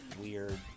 weird